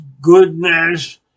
goodness